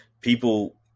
people